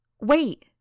Wait